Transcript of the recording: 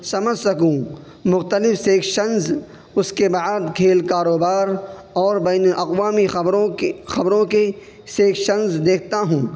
سمجھ سکوں مختلف سیکشنس اس کے بعد کھیل کاروبار اور بین الاقوامی خبروں کی خبروں کی سیکشنس دیکھتا ہوں